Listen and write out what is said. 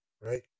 right